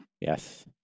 Yes